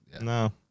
no